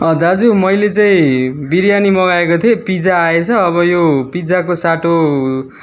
दाजु मैले चाहिँ बिरयानी मगाएको थिएँ पिज्जा आएछ अब यो पिज्जाको साटो